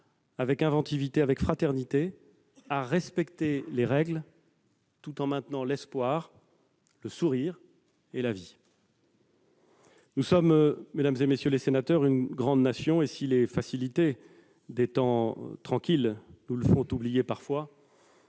avec inventivité, avec fraternité à respecter les règles tout en maintenant l'espoir, le sourire et la vie. Nous sommes, mesdames, messieurs les sénateurs, une grande Nation, et si les facilités des temps tranquilles nous le font oublier parfois,